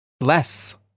Less